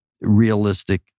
realistic